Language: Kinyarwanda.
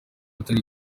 atari